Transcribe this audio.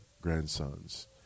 grandsons